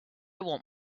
want